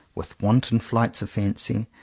with wanton flights of fancy,